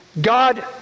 God